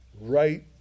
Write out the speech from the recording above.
right